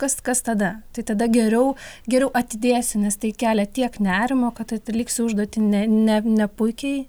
kas kas tada tai tada geriau geriau atidėsiu nes tai kelia tiek nerimo kad atliksiu užduotį ne ne ne puikiai